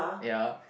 ya